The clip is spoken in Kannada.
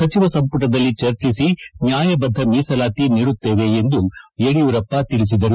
ಸಚಿವ ಸಂಪುಟದಲ್ಲಿ ಚರ್ಚಿಸಿ ನ್ಕಾಯಬದ್ಧ ಮೀಸಲಾತಿ ನೀಡುತ್ತೇವೆ ಎಂದು ಯಡಿಯೂರಪ್ಪ ತಿಳಿಸಿದರು